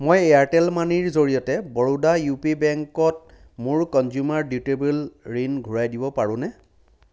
মই এয়াৰটেল মানিৰ জৰিয়তে বৰোডা ইউ পি বেংকত মোৰ কঞ্জ্যুমাৰ ডিউৰেবল ঋণ ঘূৰাই দিব পাৰোনে